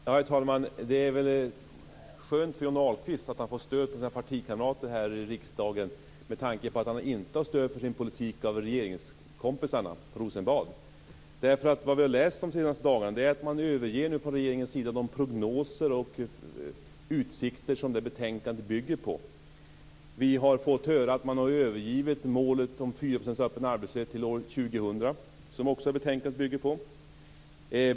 Herr talman! Det är skönt för Johnny Ahlqvist att han får stöd från sina partikamrater här i riksdagen, med tanke på att han inte får stöd för sin politik av regeringskompisarna i Rosenbad. Vad vi har läst de senaste dagarna är att man från regeringens sida överger de prognoser och utsikter som betänkandet bygger på. Vi har fått höra att man har övergivit målet om 4 % öppen arbetslöshet till år 2000, som betänkandet också bygger på.